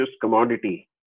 commodity